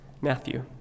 matthew